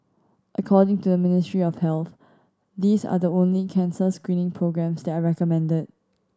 according to the Ministry of Health these are the only cancer screening programmes that are recommended